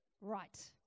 Right